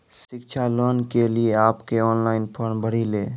शिक्षा लोन के लिए आप के ऑनलाइन फॉर्म भरी ले?